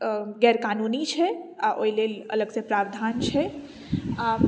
गैर कानूनी छै आओर ओहि लेल अलगसँ प्रावधान छै आ